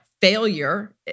failure